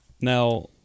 Now